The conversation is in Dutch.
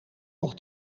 nog